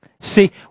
See